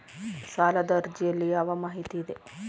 ಸಾಲದ ಅರ್ಜಿಯಲ್ಲಿ ಯಾವ ಮಾಹಿತಿ ಇದೆ?